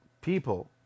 people